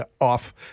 off